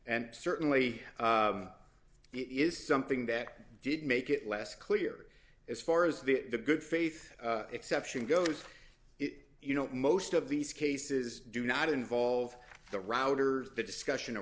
and certainly it is something that did make it less clear as far as the good faith exception goes it you know most of these cases do not involve the router the discussion of